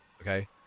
okay